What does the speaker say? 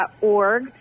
org